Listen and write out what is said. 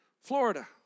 Florida